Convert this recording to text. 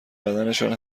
بدنشان